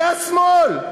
זה השמאל.